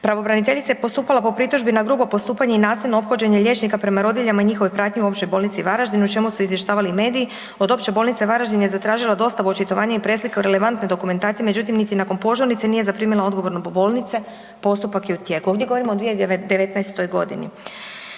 pravobraniteljica je postupala po pritužbi na grubo postupanje i nasilno ophođenje liječnika prema rodiljama i njihovoj pratnji u Općoj bolnici Varaždin o čemu su izvještavali mediji, od Opće bolnice Varaždin je zatražilo dostavu očitovanja i presliku relevantne dokumentacije međutim, niti nakon požurnice nije zaprimila odgovor od bolnice, postupak je u tijeku. Ovdje govorimo o 2019. g.